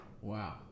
Wow